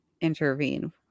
intervene